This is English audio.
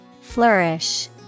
Flourish